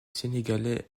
sénégalais